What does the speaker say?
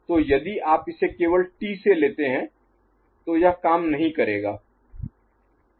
तो यदि आप इसे केवल टी से लेते हैं तो यह काम नहीं करेगा है